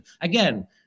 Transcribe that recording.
again